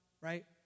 right